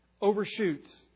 overshoots